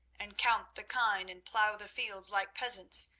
and count the kine and plough the fields like peasants,